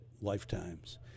lifetimes